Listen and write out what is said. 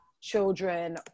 children